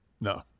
No